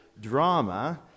drama